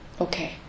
okay